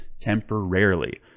temporarily